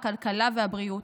הכלכלה והבריאות,